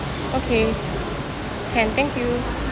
okay can thank you